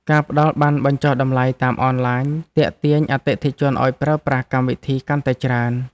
ការផ្ដល់ប័ណ្ណបញ្ចុះតម្លៃតាមអនឡាញ ទាក់ទាញអតិថិជនឱ្យប្រើប្រាស់កម្មវិធីកាន់តែច្រើន។